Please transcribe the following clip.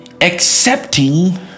accepting